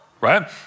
right